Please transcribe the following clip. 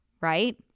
right